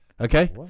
Okay